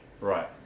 right